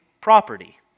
property